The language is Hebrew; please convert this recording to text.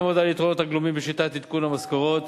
אעמוד על היתרונות הגלומים בשיטות עדכון המשכורת